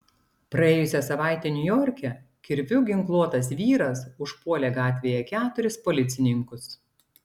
praėjusią savaitę niujorke kirviu ginkluotas vyras užpuolė gatvėje keturis policininkus